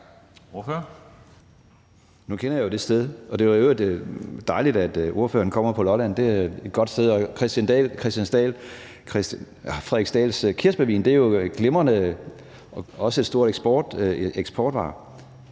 Nu kender jeg jo det sted, og det var i øvrigt dejligt, at ordføreren kommer på Lolland, det er et godt sted, og Frederiksdals kirsebærvin er jo en glimrende vin og også en stor eksportvare.